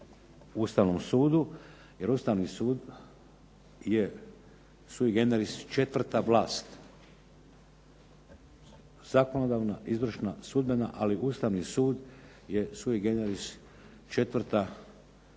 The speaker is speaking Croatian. Ustavnom sudu, jer Ustavni sud je sui generis četvrta vlast, zakonodavna, izvršna, sudbena ali Ustavni sud je sui generis četvrta vlast